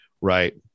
Right